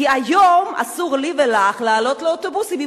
כי היום אסור לי ולך לעלות לאוטובוסים אם